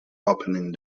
opening